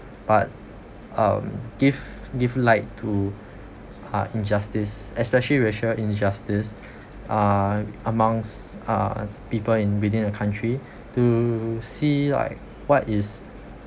but um give give like to uh injustice especially racial injustice uh amongst uh people in within a country to see like what is